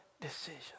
decision